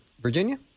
Virginia